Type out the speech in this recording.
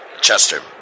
Chester